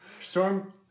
Storm